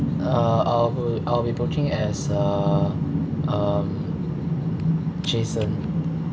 uh I will I'll be booking as uh um jason